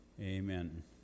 Amen